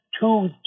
two